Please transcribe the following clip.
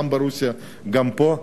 גם ברוסיה וגם פה.